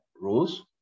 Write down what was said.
rules